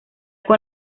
con